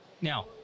Now